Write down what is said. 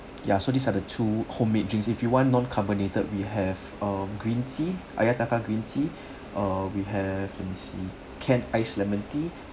ya so these are the two homemade drinks if you want non carbonated we have um green tea ayataka green tea uh we have let me see can ice lemon tea